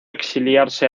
exiliarse